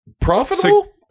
Profitable